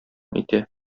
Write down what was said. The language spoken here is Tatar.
итә